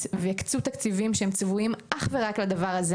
ויקצו תקציבים שהם צבועים אך ורק לדבר הזה